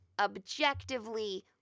objectively